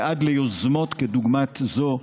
ועד ליוזמות כדוגמת זו,